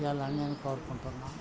ఇవ్వాలని నేను కోరుకుంటున్నాను